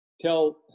tell